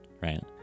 right